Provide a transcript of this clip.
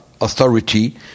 Authority